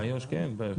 באיו"ש, כן.